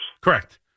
Correct